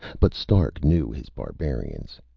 but stark knew his barbarians.